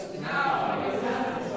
Now